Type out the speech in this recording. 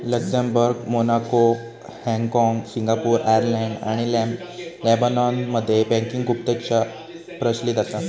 Luxembourg, Monaco, हाँगकाँग, Singapore, Ireland आणि लेबनॉनमध्ये बँकिंग गुप्तता प्रचलित असा